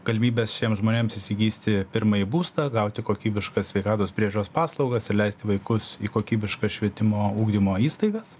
galimybės šiems žmonėms įsigysti pirmąjį būstą gauti kokybiškas sveikatos priežiūros paslaugas ir leisti vaikus į kokybiškas švietimo ugdymo įstaigas